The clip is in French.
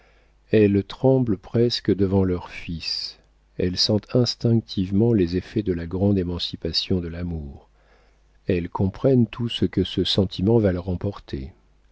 elles tremblent presque devant leurs fils elles sentent instinctivement les effets de la grande émancipation de l'amour elles comprennent tout ce que ce sentiment va leur emporter